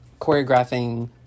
choreographing